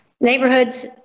Neighborhoods